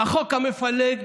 החוק המפלג,